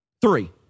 Three